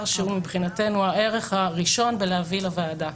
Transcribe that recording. שהוא מבחינתנו הערך הראשון בו להביא לוועדה.